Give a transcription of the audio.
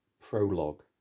prologue